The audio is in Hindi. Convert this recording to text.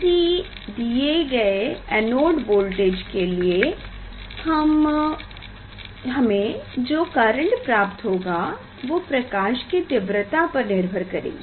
किसी दिये गए एनोड वोल्टेज के लिए हमे जो करेंट प्राप्त होगा वो प्रकाश की तीव्रता पर निर्भर करेगी